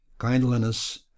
kindliness